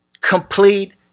Complete